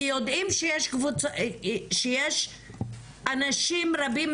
כי יודעים שיש אנשים רבים,